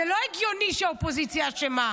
זה לא הגיוני שאופוזיציה אשמה,